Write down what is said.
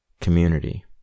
community